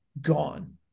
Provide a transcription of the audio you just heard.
gone